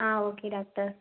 ah okay doctor